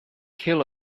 kill